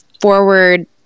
forward